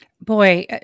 Boy